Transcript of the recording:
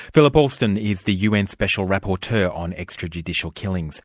philip alston is the un special rapporteur on extrajudicial killings.